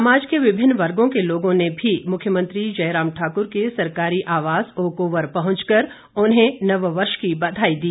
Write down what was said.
समाज के विभिन्न वर्गों के लोगों ने भी मुख्यमंत्री के सरकारी आवास ओकओवर पहुंचकर उन्हें नववर्ष की बधाई दी